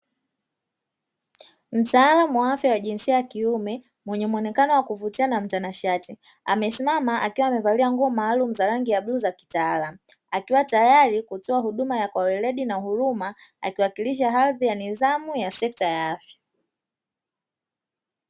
Mtaalamu wa afya wa jinsia ya kiume mwenye mwonekano wa kuvutia na mtanashati, amesimama akiwa amevalia nguo maalumu za rangi ya bluu za kitaalamu, akiwa tayari kutoa huduma ya kwa weredi na huruma akiwakilisha hadhi ya nidhamu ya sekta ya afya.